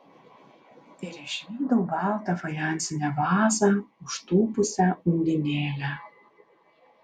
ir išvydau baltą fajansinę vazą užtūpusią undinėlę